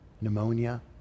pneumonia